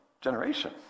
generation